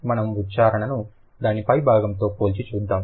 మనం ఉచ్చారణను దాని పైభాగంతో పోల్చి చూద్దాం